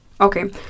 Okay